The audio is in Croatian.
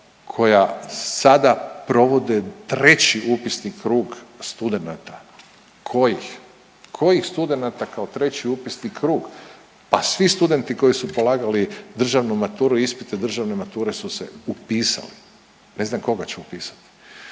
koja sada provode treći upisni krug studenata kojih? Kojih studenata kao treći upisni krug, pa svi studenti koji su polagali državnu maturu, ispite državne mature su se upisali. Ne znam koga će upisati.